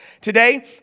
Today